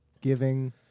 giving